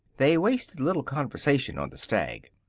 they wasted little conversation on the stag.